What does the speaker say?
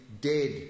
dead